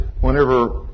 whenever